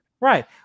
right